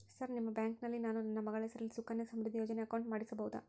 Sir ನಿಮ್ಮ ಬ್ಯಾಂಕಿನಲ್ಲಿ ನಾನು ನನ್ನ ಮಗಳ ಹೆಸರಲ್ಲಿ ಸುಕನ್ಯಾ ಸಮೃದ್ಧಿ ಯೋಜನೆ ಅಕೌಂಟ್ ಮಾಡಿಸಬಹುದಾ?